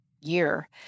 year